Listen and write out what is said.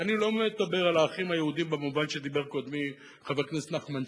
ואני לא מדבר על האחים היהודים במובן שדיבר קודמי חבר הכנסת נחמן שי,